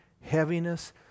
heaviness